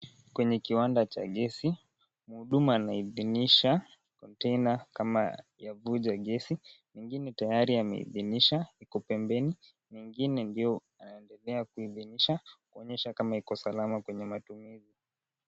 Kwenye kiwanda cha gesi muhudumu anaidhinisha kontaina kama ya kuvuja gesi nyingine bado ameidhinisha iko pembeni na ingine anaendelea kuidhinisha kuhakikisha kuwa iko salama kwa matumizi.